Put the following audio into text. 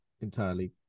entirely